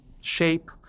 shape